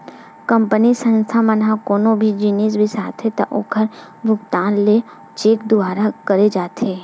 company, संस्था मन ह कोनो भी जिनिस बिसाथे त ओखर भुगतान ल चेक दुवारा करे जाथे